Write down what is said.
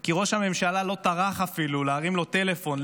כי ראש הממשלה לא טרח אפילו להרים טלפון,